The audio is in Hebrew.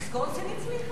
ויסקונסין הצליחה?